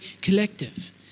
collective